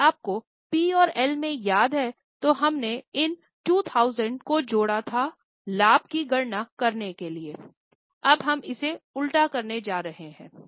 यदि आपको पी और एल में याद है तो हमने इन 2000 को जोड़ा था लाभ की गणना करने के लिए अब हम इसे उल्टा करने जा रहे हैं